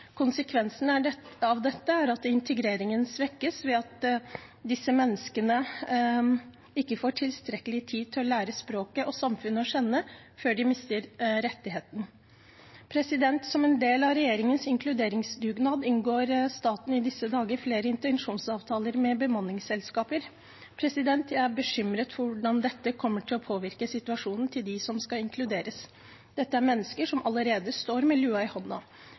Konsekvensen av dette er at integreringen svekkes ved at disse menneskene ikke får tilstrekkelig tid til å lære språket og samfunnet å kjenne, før de mister rettigheten. Som en del av regjeringens inkluderingsdugnad inngår staten i disse dager flere intensjonsavtaler med bemanningsselskaper. Jeg er bekymret for hvordan dette kommer til å påvirke situasjonen til dem som skal inkluderes. Dette er mennesker som allerede står med lua i hånda.